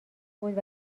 بود